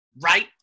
right